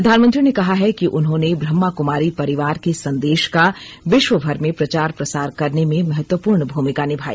प्रधानमंत्री ने कहा है कि उन्होंने ब्रह्माकुमारी परिवार के संदेश का विश्वभर में प्रचार प्रसार करने में महत्वपूर्ण भूमिका निभाई